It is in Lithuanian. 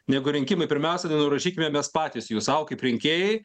negu rinkimai pirmiausia nenurašykime mes patys jų sau kaip rinkėjai